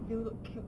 do look cute